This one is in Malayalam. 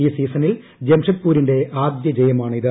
ഈ സീസണിൽ ജംഷഡ്പൂരിന്റെ ആദ്യ ജയമാണിത്